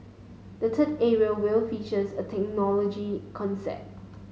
the third area will features a technology concept